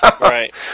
Right